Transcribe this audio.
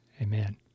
Amen